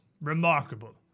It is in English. remarkable